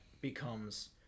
becomes